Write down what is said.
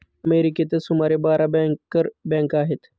अमेरिकेतच सुमारे बारा बँकर बँका आहेत